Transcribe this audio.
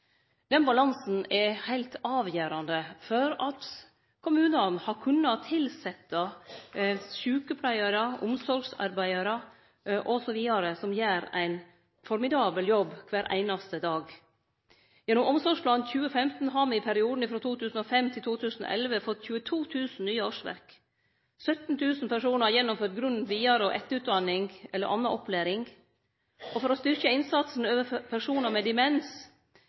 Den balansen er heilt avgjerande for at kommunane har kunna tilsetje sjukepleiarar, omsorgsarbeidarar osv., som gjer ein formidabel jobb kvar einaste dag. Gjennom Omsorgsplan 2015 har me i perioden frå 2005 til 2011 fått 22 000 nye årsverk. 17 000 personar gjennomførte grunn-, vidare- og etterutdanning eller anna opplæring. For å styrkje innsatsen overfor personar med demens,